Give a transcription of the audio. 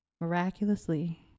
Miraculously